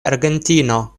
argentino